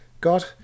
God